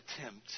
attempt